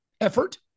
effort